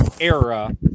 era